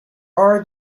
are